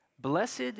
Blessed